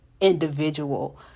individual